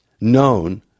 known